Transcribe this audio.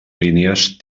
línies